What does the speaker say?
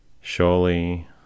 Surely